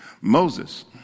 Moses